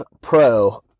Pro